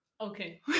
okay